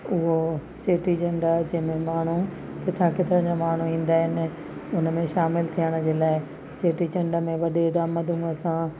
उहो चेटी चंडु आहे जंहिं में माण्हू किथां किथां जा माण्हू ईंदा आहिनि उन में शामिलु थियण जे लाइ चेटी चंड में वॾे धाम धूम सां